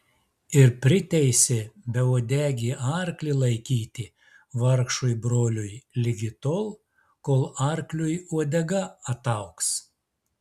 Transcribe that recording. ir priteisė beuodegį arklį laikyti vargšui broliui ligi tol kol arkliui uodega ataugs